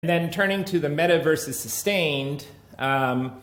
And then turning to the meta versus sustained.